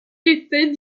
était